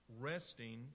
resting